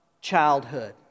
childhood